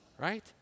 right